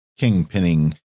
kingpinning